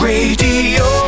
Radio